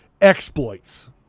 exploits